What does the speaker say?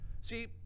See